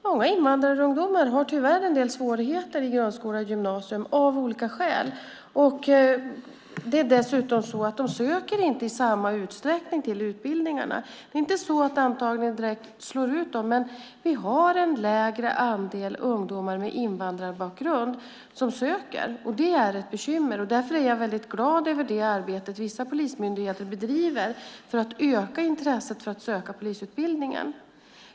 Många invandrarungdomar har tyvärr en del svårigheter i grundskola och gymnasium av olika skäl, och de söker inte i samma utsträckning till utbildningarna. Antagningen slår inte direkt ut dem, men vi har en lägre andel ungdomar med invandrarbakgrund som söker, och det är ett bekymmer. Därför är jag väldigt glad över det arbete som vissa polismyndigheter bedriver för att öka intresset för att söka polisutbildningen.